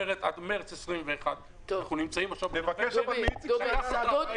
כלומר עד מרץ 2021. תבקש מאיציק שיענה בעניין העצמאים.